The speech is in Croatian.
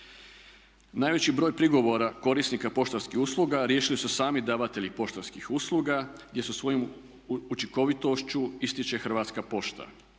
Najveći broj prigovora korisnika poštanskih usluga riješili su sami davatelji poštanskih usluga, gdje se svojom učinkovitošću ističe Hrvatska pošta.